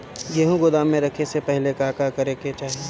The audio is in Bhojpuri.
गेहु गोदाम मे रखे से पहिले का का करे के चाही?